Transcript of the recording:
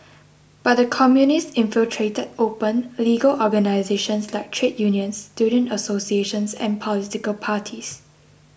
but the Communists infiltrated open legal organisations like trade unions student associations and political parties